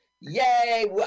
Yay